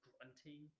grunting